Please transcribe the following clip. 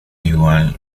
igual